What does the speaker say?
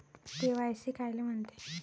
KYC कायले म्हनते?